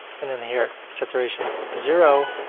and then here, saturation zero.